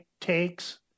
takes